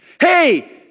Hey